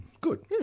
good